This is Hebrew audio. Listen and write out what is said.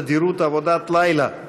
תדירות עבודת לילה),